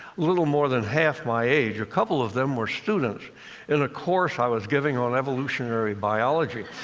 little more than half my age. a couple of them were students in a course i was giving on evolutionary biology.